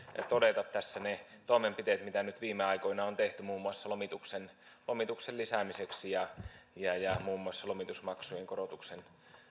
todeta tässä ne toimenpiteet mitä nyt viime aikoina on tehty muun muassa lomituksen lomituksen lisäämiseksi muun muassa lomitusmaksujen korotuksen